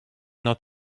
not